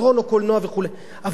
אבל בספרים יש רווח,